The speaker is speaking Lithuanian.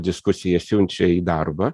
diskusija siunčia į darbą